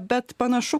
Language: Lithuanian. bet panašu